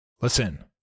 listen